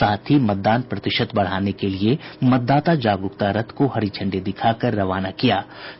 साथ ही मतदान प्रतिशत बढ़ाने के लिये मतदाता जागरूकता रथ को हरी झंडी दिखाकर रवाना किया गया